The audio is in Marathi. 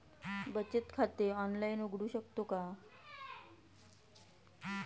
बचत खाते ऑनलाइन उघडू शकतो का?